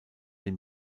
den